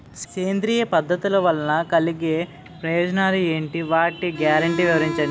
సేంద్రీయ పద్ధతుల వలన కలిగే ప్రయోజనాలు ఎంటి? వాటి గ్యారంటీ వివరించండి?